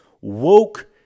woke